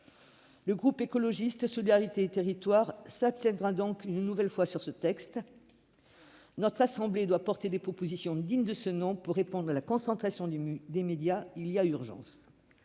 Le groupe Écologiste - Solidarité et Territoires s'abstiendra donc une nouvelle fois sur ce texte. Notre assemblée doit porter des propositions dignes de ce nom pour répondre à la concentration des médias, car il y a urgence.